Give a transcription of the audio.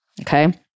Okay